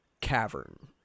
cavern